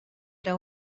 era